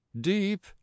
deep